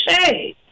say